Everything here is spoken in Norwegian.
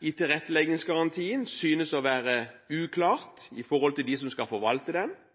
i tilretteleggingsgarantien synes også å være uklart i forhold til dem som skal forvalte den, og